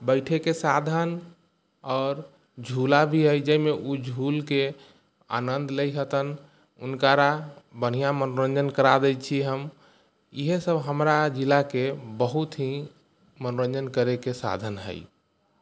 बैठयके साधन आओर झूला भी हइ जाहिमे ओ झूलके आनन्द लैत हतन हुनकारा बढ़िआँ मनोरञ्जन करा दैत छी हम इएहसभ हमरा जिलाके बहुत ही मनोरञ्जन करयके साधन हइ